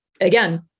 again